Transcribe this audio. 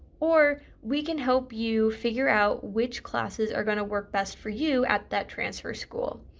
or we can help you figure out which classes are going to work best for you at that transfer school.